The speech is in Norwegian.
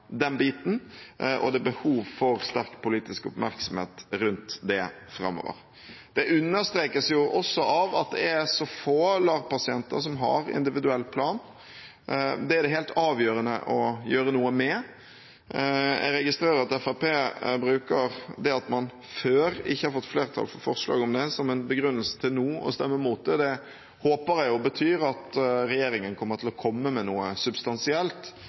den biten, og det er behov for sterk politisk oppmerksomhet rundt det framover. Det understrekes også av at det er så få LAR-pasienter som har individuell plan. Det er det helt avgjørende å gjøre noe med. Jeg registrerer at Fremskrittspartiet bruker det at man før ikke har fått flertall for forslag om det som en begrunnelse til nå å stemme mot det. Det håper jeg betyr at regjeringen kommer til å komme med noe substansielt